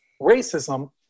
racism